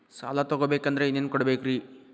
ಸಾಲ ತೊಗೋಬೇಕಂದ್ರ ಏನೇನ್ ಕೊಡಬೇಕ್ರಿ?